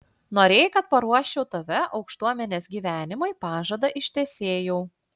norėjai kad paruoščiau tave aukštuomenės gyvenimui pažadą ištesėjau